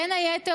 בין היתר,